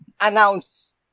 announce